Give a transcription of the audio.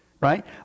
Right